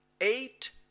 eight